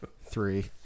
Three